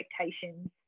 expectations